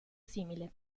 simile